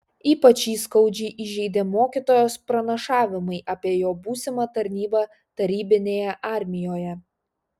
ypač jį skaudžiai įžeidė mokytojos pranašavimai apie jo būsimą tarnybą tarybinėje armijoje